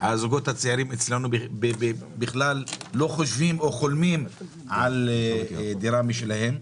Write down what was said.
10 מיליון הזוגות הצעירים אצלנו לא חושבים או חולמים על דירה משלהם.